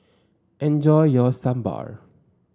enjoy your Sambar